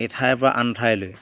এঠাইৰ পৰা আন ঠাইলৈ